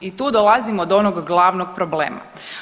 I tu dolazimo do onog glavnog problema.